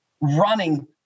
running